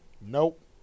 Nope